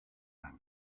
blanc